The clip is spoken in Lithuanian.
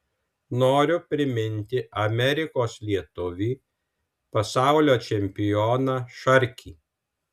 noriu priminti amerikos lietuvį pasaulio čempioną šarkį